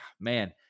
man